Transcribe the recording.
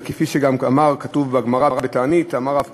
וכפי שגם כתוב בגמרא, בתענית, "אמר רב קטינא: